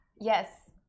Yes